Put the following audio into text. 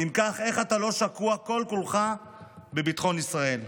אם כך, איך אתה לא שקוע כל-כולך בביטחון ישראל?